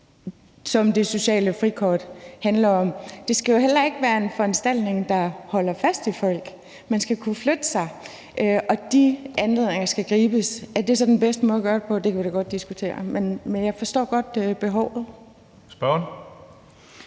som det sociale frikort handler om. Det skal jo heller ikke være en foranstaltning, der holder fast i folk; man skal kunne flytte sig, og de anledninger skal gribes. Er det så den bedste måde at gøre det på? Det kunne vi da godt diskutere. Men jeg forstår godt behovet. Kl.